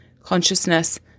consciousness